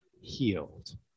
healed